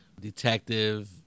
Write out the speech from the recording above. detective